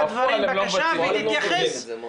בפועל הם לא מבצעים את זה.